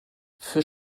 für